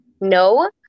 no